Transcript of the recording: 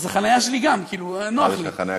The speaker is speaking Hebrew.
אז החניה שלי גם, כאילו, נוח לי.